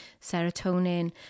serotonin